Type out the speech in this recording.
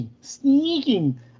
sneaking